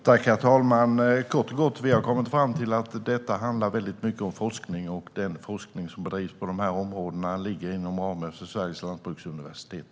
Herr talman! Kort och gott har vi kommit fram till att detta handlar väldigt mycket om forskning, och forskningen som bedrivs på det här området ligger inom ramen för Sveriges Lantbruksuniversitet.